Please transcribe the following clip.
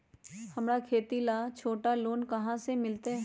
हमरा खेती ला छोटा लोने कहाँ से मिलतै?